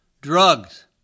drugs